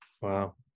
Wow